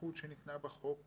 בסמכות שניתנה בחוק